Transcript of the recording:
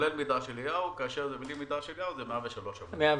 כולל "מדרש אליהו" כאשר בלי "מדרש אליהו" זה 103 עמותות.